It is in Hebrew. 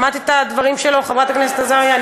שמעת את הדברים שלו, חברת הכנסת עזריה?